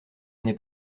n’est